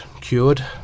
cured